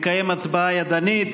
נקיים הצבעה ידנית.